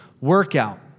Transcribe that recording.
workout